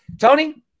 Tony